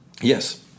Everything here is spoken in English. Yes